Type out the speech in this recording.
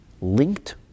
linked